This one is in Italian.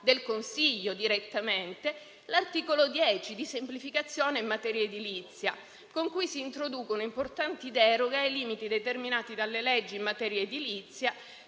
del Consiglio l'articolo 10 sulla semplificazione in materia edilizia, che introduce importanti deroghe ai limiti determinati dalle leggi in materia edilizia